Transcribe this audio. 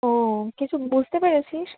ও কিছু বুঝতে পেরেছিস